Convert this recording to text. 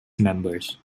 members